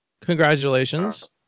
Congratulations